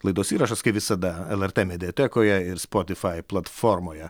laidos įrašas kaip visada lrt mediatekoje ir spotifai platformoje